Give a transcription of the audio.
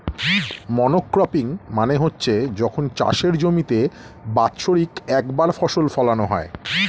monocropping মানে হচ্ছে যখন চাষের জমিতে বাৎসরিক একবার ফসল ফোলানো হয়